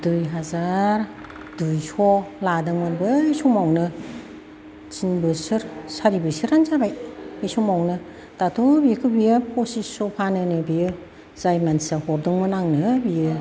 दुइ हाजार दुइस' लादोंमोन बै समावनो थिन बोसोर सारि बोसोरआनो जाबाय बे समावनो दाथ' बेखौ बियो पसिचस' फानोनो बियो जाय मानसिया हरदोंमोन आंनो बियो